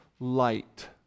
Light